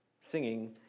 singing